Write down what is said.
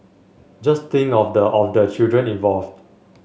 just think of the of the children involved